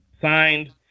signed